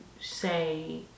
say